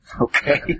Okay